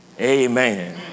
amen